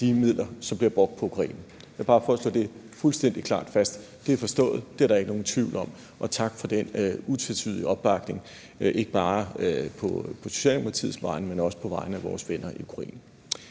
de midler, som bliver brugt på Ukraine. Det er bare for at slå det fuldstændig klart fast. Det er forstået; det er der ikke nogen tvivl om, og tak for den utvetydige opbakning, ikke bare på Socialdemokratiets vegne, men også på vegne af vores venner i Ukraine.